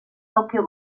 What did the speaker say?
tokyo